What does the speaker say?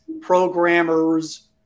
programmers